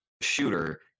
shooter